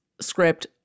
script